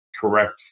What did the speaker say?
correct